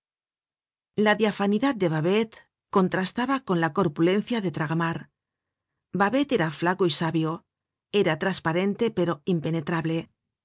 la diafanidad de babet contrastaba con la corpulencia de traga mar babet era flaco y sabio era trasparente pero impenetrable